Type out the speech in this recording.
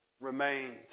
remained